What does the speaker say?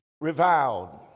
Reviled